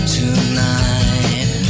tonight